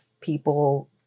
people